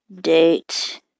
Date